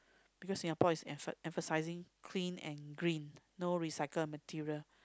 because Singapore is empha~ emphasizing clean and green no recycle materials